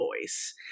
voice